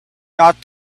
not